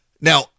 now